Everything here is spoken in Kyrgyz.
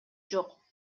жок